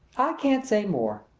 i can't say more.